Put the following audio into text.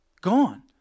gone